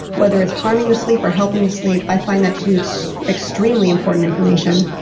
whether it's harming the sleep or helping the sleep, i find that to be extremely important information